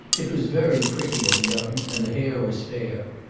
it was very pretty and young, and the hair was fair.